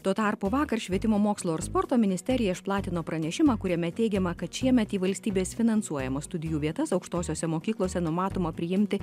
tuo tarpu vakar švietimo mokslo ir sporto ministerija išplatino pranešimą kuriame teigiama kad šiemet į valstybės finansuojamas studijų vietas aukštosiose mokyklose numatoma priimti